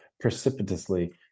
precipitously